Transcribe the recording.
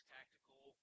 Tactical